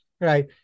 right